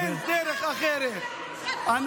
יש דרך אחרת,